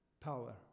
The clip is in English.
power